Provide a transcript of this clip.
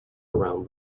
around